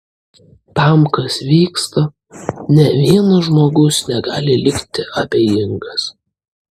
tam kas vyksta nė vienas žmogus negali likti abejingas